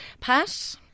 Pat